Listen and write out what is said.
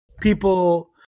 people